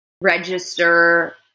register